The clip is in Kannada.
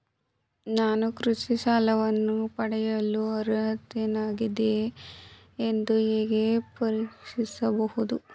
ನಾನು ಕೃಷಿ ಸಾಲವನ್ನು ಪಡೆಯಲು ಅರ್ಹನಾಗಿದ್ದೇನೆಯೇ ಎಂದು ಹೇಗೆ ಪರಿಶೀಲಿಸಬಹುದು?